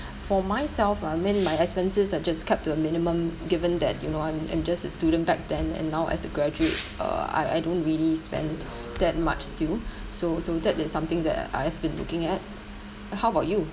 for myself I mean my expenses are just kept to a minimum given that you know I'm I'm just a student back then and now as a graduate uh I I don't really spend that much still so so that is something that I've been looking at how about you